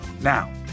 Now